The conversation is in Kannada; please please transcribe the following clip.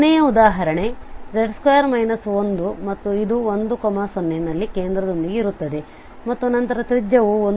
ಕೊನೆಯ ಉದಾಹರಣೆ ಮತ್ತು ಇದು10ನಲ್ಲಿ ಕೇಂದ್ರದೊಂದಿಗೆ ಇರುತ್ತದೆ ಮತ್ತು ನಂತರ ತ್ರಿಜ್ಯವು 1